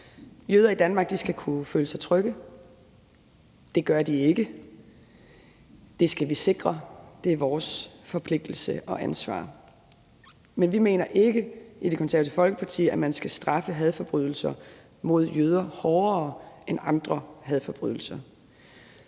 Jøder i Danmark skal kunne føle sig trygge. Det gør de ikke, og det skal vi sikre at de gør. Det er vores forpligtelse og ansvar. Men vi mener i Det Konservative Folkeparti ikke, at man skal straffe hadforbrydelser mod jøder hårdere end andre hadforbrydelser,